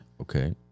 Okay